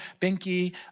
binky